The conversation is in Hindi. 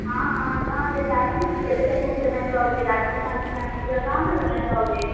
हाँ हाँ कहाँ जैसे आप किस जगह का टूर करना चाहोगे राजस्थान का एम पी का कहाँ का करना चाहोगे